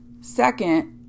second